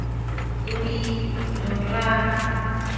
ᱛᱩᱲᱤ ᱡᱚᱸᱰᱨᱟ